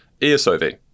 ESOV